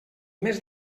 mes